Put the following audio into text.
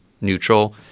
neutral